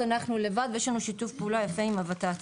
אז אנחנו לבד ויש לנו שיתוף פעולה יפה עם הות"ת.